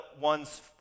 one's